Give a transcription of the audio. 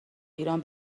ایران